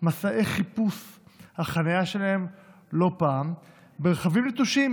מסעי חיפוש החניה שלהם לא פעם ברכבים נטושים